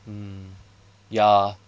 hmm ya